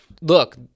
Look